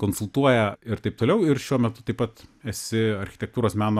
konsultuoja ir taip toliau ir šiuo metu taip pat esi architektūros meno